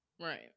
Right